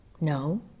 No